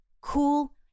cool